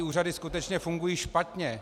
Úřady skutečně fungují špatně.